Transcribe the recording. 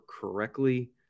correctly